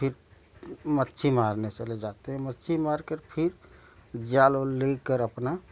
फिर मच्छी मारने चले जाते हैं मछली मार कर फिर जाल ऊल लेकर अपना